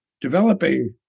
developing